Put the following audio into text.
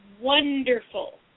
wonderful